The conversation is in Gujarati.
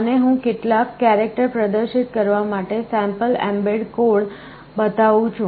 અને હું કેટલાક કેરેક્ટર પ્રદર્શિત કરવા માટે સેમ્પલ એમ્બેડ કોડ બતાવું છું